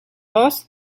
rose